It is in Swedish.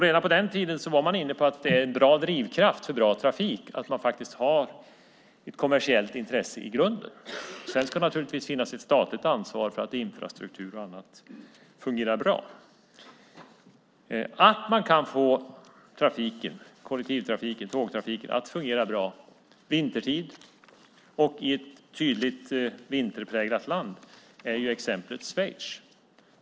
Redan på den tiden var man alltså inne på att det är en bra drivkraft för bra trafik att man faktiskt har ett kommersiellt intresse i grunden. Sedan ska det naturligtvis finnas ett statligt ansvar för att infrastruktur och annat fungerar bra. Att man kan få kollektivtrafiken och tågtrafiken att fungera bra vintertid och i ett tydligt vinterpräglat land är exemplet Schweiz.